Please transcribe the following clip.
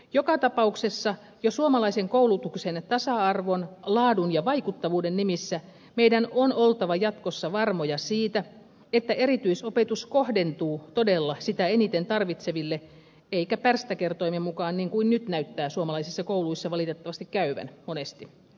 joka tapauksessa jo suomalaisen koulutuksen tasa arvon laadun ja vaikuttavuuden nimissä meidän on oltava jatkossa varmoja siitä että erityisopetus kohdentuu todella sitä eniten tarvitseville eikä pärstäkertoimen mukaan niin kuin nyt näyttää suomalaisissa kouluissa valitettavasti käyvän monesti